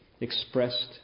expressed